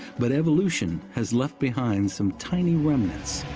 but evolution has left behind some tiny remnants